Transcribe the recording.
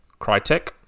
Crytek